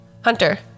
Hunter